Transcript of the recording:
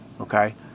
Okay